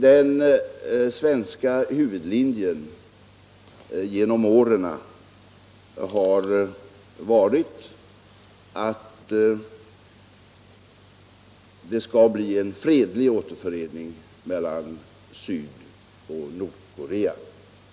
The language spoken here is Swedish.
Den svenska huvudlinjen genom åren har varit att det skall bli en fredlig återförening mellan Sydoch Nordkorea.